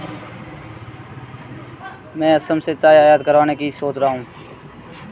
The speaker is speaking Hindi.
मैं असम से चाय आयात करवाने की सोच रहा हूं